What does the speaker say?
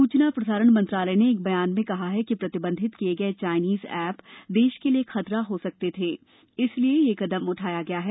सूचना प्रसारण मंत्रालय ने एक बयान में कहा है कि प्रतिबंधित किये गये चाइनीज ऐप देश के लिए खतरा हो सकते थे इसलिए यह कदम उठाया गया है